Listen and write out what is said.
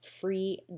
free